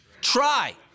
Try